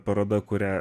paroda kurią